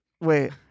wait